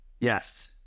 Yes